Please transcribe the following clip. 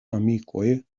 amikoj